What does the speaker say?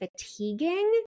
fatiguing